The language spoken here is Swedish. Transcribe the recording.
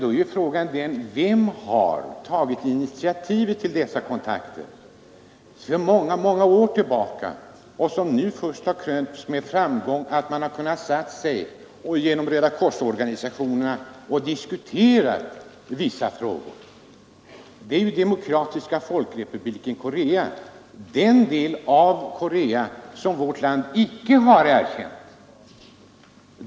Då är frågan: Vem tog för många år sedan initiativet till dessa kontakter som först nu har krönts med framgång så att man kunnat sätta sig ned och genom Rödakorsorganisationerna diskutera vissa frågor? Det var Demokratiska folkrepubliken Korea. Den del av Korea som vårt land icke har erkänt är den stat som tagit detta initiativ.